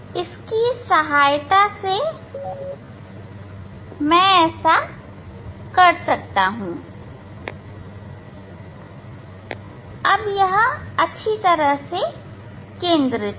इसकी सहायता से मैं ऐसा कर सकता हूं हां अब यह अच्छी तरह केंद्रित है